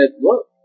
Look